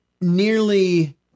nearly